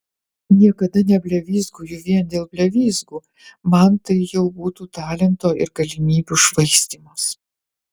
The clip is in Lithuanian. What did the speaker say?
niekada neblevyzgoju vien dėl blevyzgų man tai jau būtų talento ir galimybių švaistymas